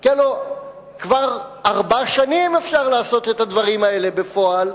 כי הלוא כבר ארבע שנים אפשר לעשות את הדברים האלה בפועל.